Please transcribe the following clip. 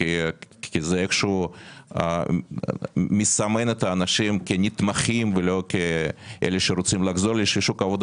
כי זה מסמן את האנשים כנתמכים ולא כמי שרוצה לחזור לשוק העבודה.